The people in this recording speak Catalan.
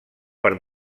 per